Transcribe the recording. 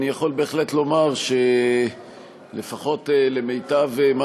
אני יכול בהחלט לומר שלפחות למיטב מה